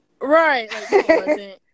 Right